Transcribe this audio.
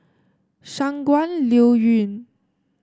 Shangguan Liuyun